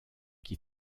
qui